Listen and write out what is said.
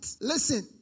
Listen